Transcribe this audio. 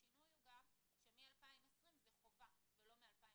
השינוי הוא גם שמ-2020 זה חובה, ולא מ-2021.